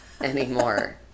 anymore